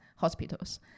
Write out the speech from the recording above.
hospitals